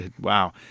Wow